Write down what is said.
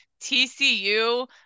TCU